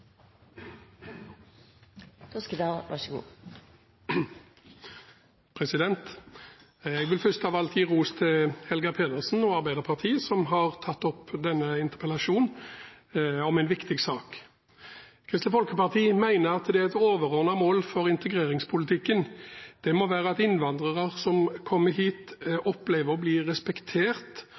Jeg vil først av alt gi ros til Helga Pedersen og Arbeiderpartiet, som har tatt opp denne interpellasjonen om en viktig sak. Kristelig Folkeparti mener at det er et overordnet mål for integreringspolitikken at innvandrere som kommer hit, opplever seg respektert